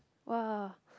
wa